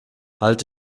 halt